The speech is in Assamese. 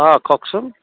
অ কওকচোন